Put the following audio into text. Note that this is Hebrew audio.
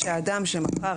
שאדם שמכר,